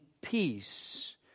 peace